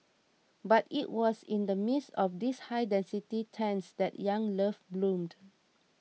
but it was in the midst of these high density tents that young love bloomed